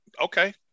okay